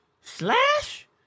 Slash